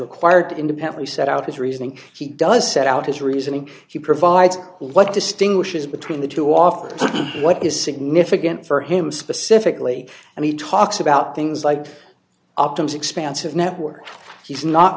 required to independently set out his reasoning he does set out his reasoning he provides what distinguishes between the two off what is significant for him specifically and he talks about things like optimize expansive network he's not